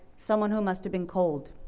someone who must have been cold.